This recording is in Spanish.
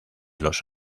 los